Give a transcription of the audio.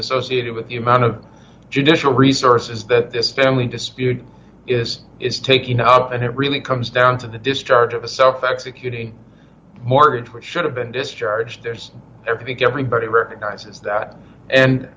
associated with the amount of judicial resources that this family dispute is is taking up and it really comes down to the discharge of a self executing mortgage or should have been discharged there's epic everybody recognizes that